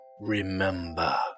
remember